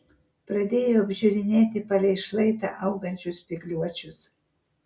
pradėjo apžiūrinėti palei šlaitą augančius spygliuočius